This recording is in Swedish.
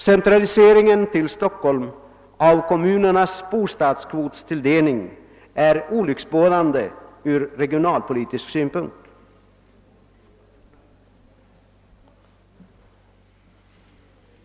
Centraliseringen till Stockholm av kommunernas <bostadskvotstilldelning är olycksbådande ur regionalpolitisk synpunkt.